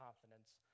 confidence